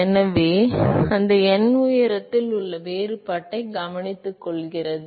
எனவே அந்த n உயரத்தில் உள்ள வேறுபாட்டைக் கவனித்துக்கொள்கிறது